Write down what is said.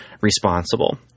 responsible